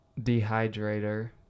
dehydrator